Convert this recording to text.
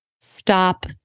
Stop